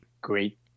great